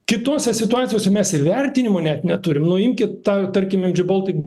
kitose situacijose mes ir vertinimų net neturim nu imkit tą tarkim mg baltic